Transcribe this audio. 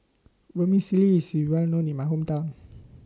Vermicelli IS Well known in My Hometown